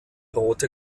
rote